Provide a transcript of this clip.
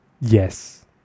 yes